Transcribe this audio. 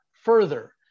further